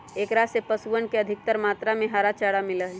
एकरा से पशुअन के अधिकतर मात्रा में हरा चारा मिला हई